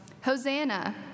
Hosanna